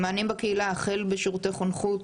מענים בקהילה החל בשירותי חונכות,